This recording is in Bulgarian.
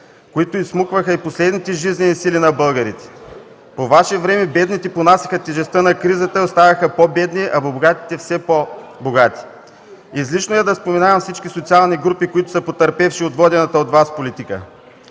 които изсмукваха и последните жизнени сили на българите. По Ваше време бедните понасяха тежестта на кризата и ставаха по-бедни, а богатите – все по-богати. Излишно е да споменавам всички социални групи, които са потърпевши от водената от Вас политика.